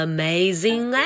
Amazing